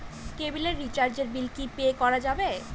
কেবিলের রিচার্জের বিল কি পে করা যাবে?